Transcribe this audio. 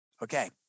Okay